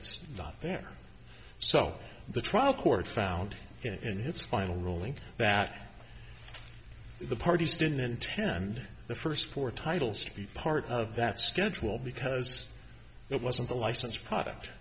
it's not there so the trial court found in his final ruling that the parties didn't intend the first four titles to be part of that schedule because it wasn't a licensed product